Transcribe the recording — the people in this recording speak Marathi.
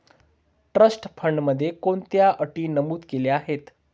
ट्रस्ट फंडामध्ये कोणत्या अटी नमूद केल्या आहेत?